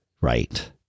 Right